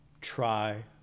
Try